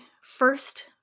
first